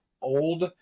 old